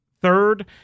Third